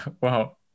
wow